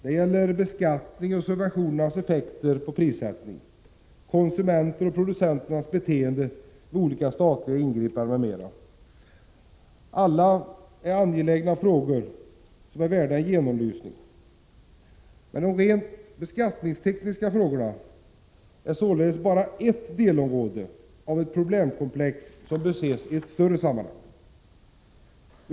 Det gäller beskattningens och subventionernas effekter på prissättningen, konsumenternas och producenternas beteende vid olika statliga ingripanden m.m. Allt det här är angelägna frågor som är värda en genomlysning. De rent beskattningstekniska frågorna är således bara ett delområde av ett problemkomplex som bör ses i ett större sammanhang.